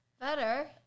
better